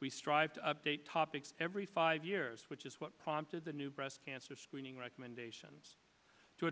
we strive to update topics every five years which is what prompted the new breast cancer screening recommendations to